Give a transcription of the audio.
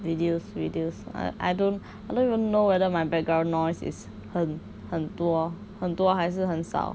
reduce reduce or I don't I don't even know whether my background noise is 很很多很多还是很少